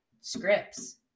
scripts